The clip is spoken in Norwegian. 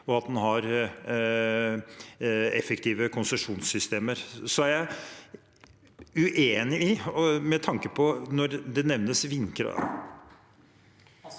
og at en har effektive konsesjonssystemer. Jeg er uenig i, med tanke på at det nevnes vindkraft